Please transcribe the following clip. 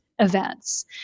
events